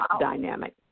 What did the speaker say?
dynamic